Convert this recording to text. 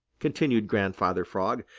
continued grandfather frog,